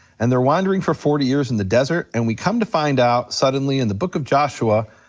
and they're wandering for forty years in the desert, and we come to find out suddenly, in the book of joshua,